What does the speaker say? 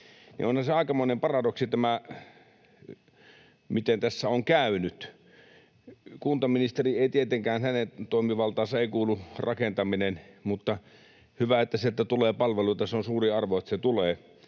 onhan se aikamoinen paradoksi, miten tässä on käynyt. Kuntaministerin toimivaltaan ei tietenkään kuulu rakentaminen, mutta hyvä, että sieltä tulee palveluita. Se on suuri arvo, että niitä tulee,